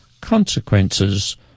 consequences